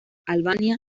albania